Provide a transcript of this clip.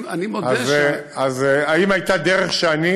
אז האם הייתה דרך שאני